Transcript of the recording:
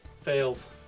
Fails